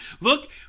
Look